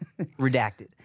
Redacted